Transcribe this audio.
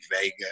Vega